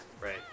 Right